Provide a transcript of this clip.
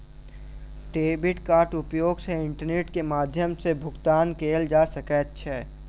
debit कार्डक उपयोग सॅ इंटरनेट के माध्यम सॅ भुगतान कयल जा सकै छै